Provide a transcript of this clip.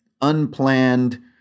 unplanned